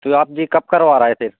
तो आप जी कब करवा रहे फिर